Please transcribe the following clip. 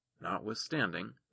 Notwithstanding